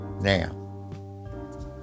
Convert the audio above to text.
now